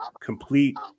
complete